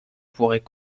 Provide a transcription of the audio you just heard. pourrait